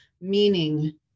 meaning